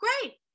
Great